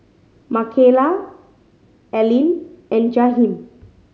Makayla Aline and Jaheem